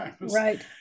right